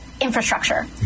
Infrastructure